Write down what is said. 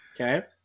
Okay